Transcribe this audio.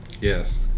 Yes